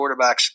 quarterbacks